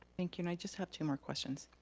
thank you, and i just have two more questions.